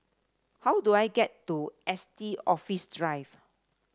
how do I get to Estate Office Drive